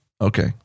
Okay